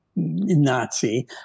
Nazi